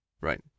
Right